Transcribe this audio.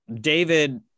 David